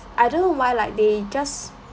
I don't know why like they just